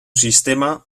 sistema